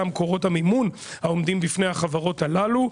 מקורות המימון העומדים בפני החברות הללו,